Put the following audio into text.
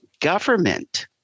Government